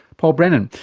paul brennan.